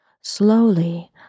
Slowly